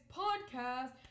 podcast